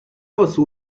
واسه